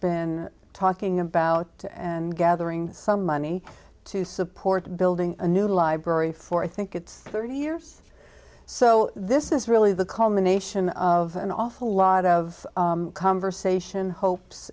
been talking about it and gathering some money to support building a new library for i think it's thirty years so this is really the culmination of an awful lot of conversation hope